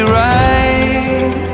right